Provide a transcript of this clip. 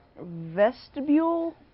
Vestibule